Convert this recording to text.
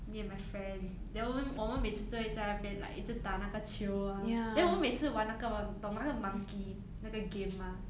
me and my friends then 我们我们每次就会在那边 like 一直打那个球 ah then 我们每次玩那个懂吗那个 monkey 那个 game mah